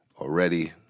already